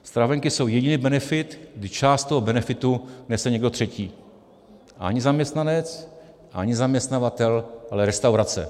Stravenky jsou jediný benefit, kdy část benefitu nese někdo třetí ani zaměstnanec, ani zaměstnavatel, ale restaurace.